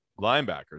linebackers